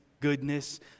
goodness